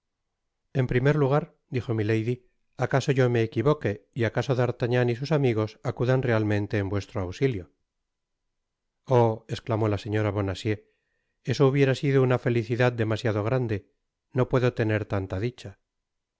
en primer lugar dijo milady acaso yo me equivoque y acaso d'artagnan y sus amigos acudan realmente en vuestro ausilio oh esclamó la señora bonacieux eso hubiera sido una felicidad demasiado grande no puedo tener tanta dicha entonces